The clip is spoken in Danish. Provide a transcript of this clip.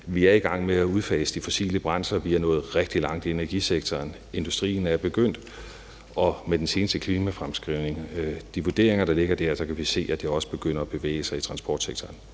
Vi er i gang med at udfase de fossile brændsler, og vi er nået rigtig langt i energisektoren. Industrien er begyndt, og med de vurderinger, der ligger i den seneste klimafremskrivning, kan vi se, at det også begynder at bevæge sig i transportsektoren.